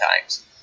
times